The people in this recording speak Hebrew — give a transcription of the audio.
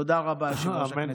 תודה רבה, יושב-ראש הכנסת.